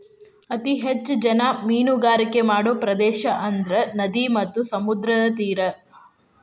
ಅತೇ ಹೆಚ್ಚ ಜನಾ ಮೇನುಗಾರಿಕೆ ಮಾಡು ಪ್ರದೇಶಾ ಅಂದ್ರ ನದಿ ಮತ್ತ ಸಮುದ್ರದ ತೇರಾ